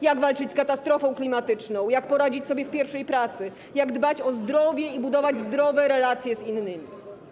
Jak walczyć z katastrofą klimatyczną, jak poradzić sobie w pierwszej pracy, jak dbać o zdrowie i budować zdrowe relacje z innymi.